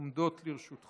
עשר דקות עומדות לרשותך.